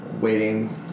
waiting